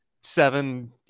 seven